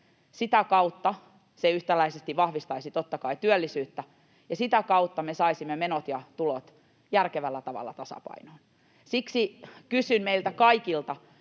sitä kautta se yhtäläisesti vahvistaisi totta kai työllisyyttä ja sitä kautta me saisimme menot ja tulot järkevällä tavalla tasapainoon. Siksi kysyn meiltä kaikilta: